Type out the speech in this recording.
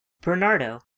Bernardo